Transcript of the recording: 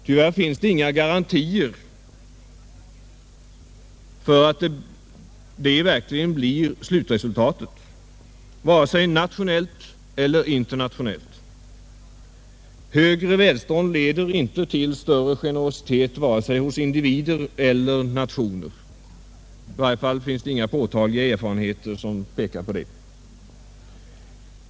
Tyvärr finns inga garantier för att det blir slutresultatet, vare sig nationellt eller internationellt. Högre välstånd leder inte till större generositet vare sig hos individer eller nationer; i varje fall finns inga påtagliga erfarenheter som pekar på det.